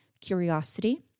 curiosity